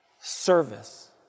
service